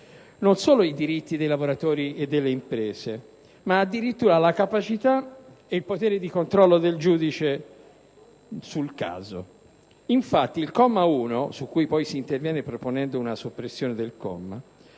non solo i diritti dei lavoratori e delle imprese, ma addirittura la capacità e il potere di controllo del giudice sul caso. Infatti, il comma 1 - su cui poi si interviene proponendone la soppressione con